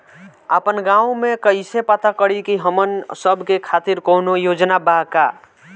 आपन गाँव म कइसे पता करि की हमन सब के खातिर कौनो योजना बा का?